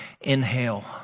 inhale